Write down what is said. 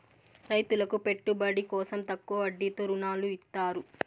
రైతులకు పెట్టుబడి కోసం తక్కువ వడ్డీతో ఋణాలు ఇత్తారు